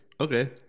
Okay